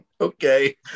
okay